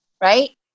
right